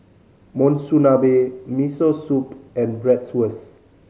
Monsunabe Miso Soup and Bratwurst